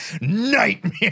nightmare